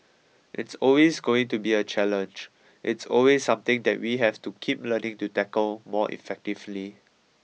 it's always going to be a challenge it's always something that we have to keep learning to tackle more effectively